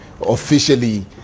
officially